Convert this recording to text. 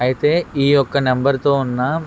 అయితే ఈయొక్క నెంబర్తో ఉన్న